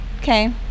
Okay